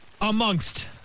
amongst